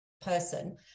person